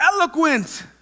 eloquent